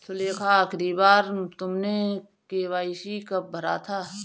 सुलेखा, आखिरी बार तुमने के.वाई.सी कब भरा था?